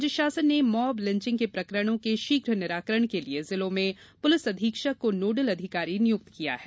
राज्य शासन ने मॉब लिंचिंग के प्रकरणों के शीघ्र निराकरण के लिये जिलों में पुलिस अधीक्षक को नोडल अधिकारी नियुक्त किया है